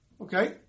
Okay